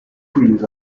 trees